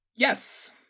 Yes